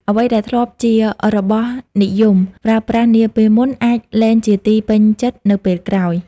អ្វីដែលធ្លាប់ជារបស់និយមប្រើប្រាស់នាពេលមុន អាចលែងជាទីពេញចិត្តនៅពេលក្រោយ។